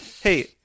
hey